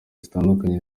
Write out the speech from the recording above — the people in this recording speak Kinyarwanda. zitandukanye